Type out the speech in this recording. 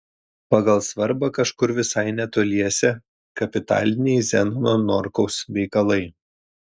pagal svarbą kažkur visai netoliese kapitaliniai zenono norkaus veikalai